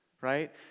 right